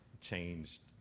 changed